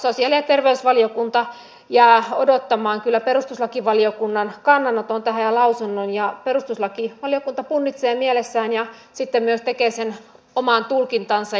sosiaali ja terveysvaliokunta jää odottamaan kyllä perustuslakivaliokunnan kannanoton tähän ja lausunnon ja perustuslakivaliokunta punnitsee mielessään ja sitten myös tekee sen oman tulkintansa